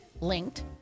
linked